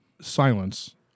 silence